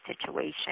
situation